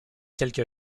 quelque